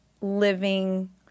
living